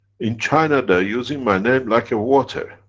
in china they are using my name like a water,